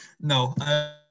No